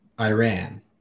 Iran